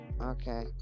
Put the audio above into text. okay